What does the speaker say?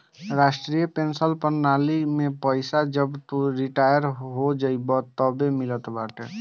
राष्ट्रीय पेंशन प्रणाली में पईसा जब तू रिटायर हो जइबअ तअ मिलत बाटे